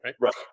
right